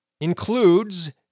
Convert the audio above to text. includes